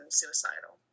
suicidal